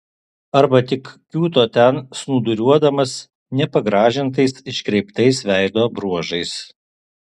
arba tik kiūto ten snūduriuodamas nepagražintais iškreiptais veido bruožais